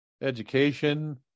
Education